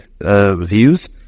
views